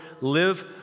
live